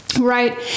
right